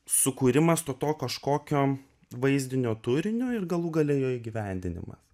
sukūrimas to to kažkokio vaizdinio turinio ir galų gale jo įgyvendinimas